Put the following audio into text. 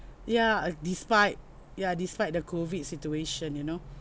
ya despite ya despite the COVID situation you know